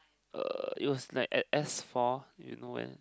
uh it was like at S four you know where